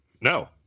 No